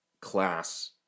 class